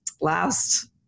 last